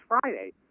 Friday